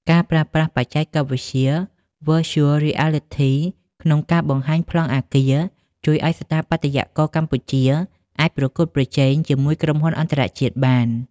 ការប្រើប្រាស់បច្ចេកវិទ្យា Virtual Reality ក្នុងការបង្ហាញប្លង់អគារ ជួយឱ្យស្ថាបត្យករកម្ពុជាអាចប្រកួតប្រជែងជាមួយក្រុមហ៊ុនអន្តរជាតិបាន។